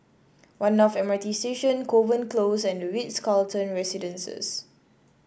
One North M R T Station Kovan Close and the Ritz Carlton Residences